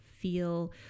feel